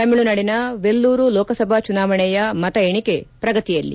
ತಮಿಳುನಾಡಿನ ವೆಲ್ಲೂರು ಲೋಕಸಭಾ ಚುನಾವಣೆಯ ಮತ ಏಣಿಕೆ ಪ್ರಗತಿಯಲ್ಲಿ